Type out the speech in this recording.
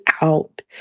out